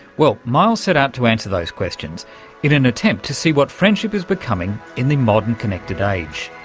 well, miles sets out to answer those questions in an attempt to see what friendship is becoming in the modern connected age.